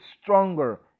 stronger